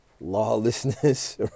lawlessness